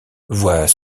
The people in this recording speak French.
voit